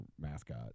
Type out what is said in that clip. mascot